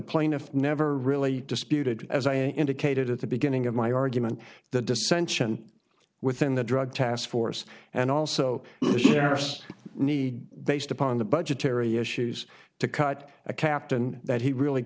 plaintiff never really disputed as i indicated at the beginning of my argument the dissension within the drug task force and also need based upon the budgetary issues to cut a captain that he really